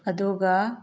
ꯑꯗꯨꯒ